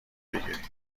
بگیرین